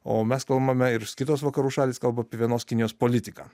o mes kalbame ir kitos vakarų šalys kalba vienos kinijos politiką